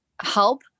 help